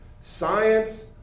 Science